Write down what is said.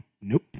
Nope